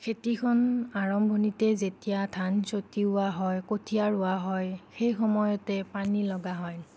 খেতিখন আৰম্ভণিতে যেতিয়া ধান চতিওৱা হয় কঠীয়া ৰোৱা হয় সেই সময়তে পানী লগা হয়